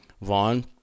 Vaughn